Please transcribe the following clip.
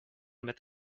mit